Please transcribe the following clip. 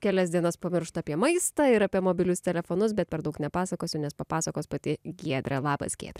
kelias dienas pamiršt apie maistą ir apie mobilius telefonus bet per daug nepasakosiu nes papasakos pati giedrė labas giedre